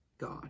God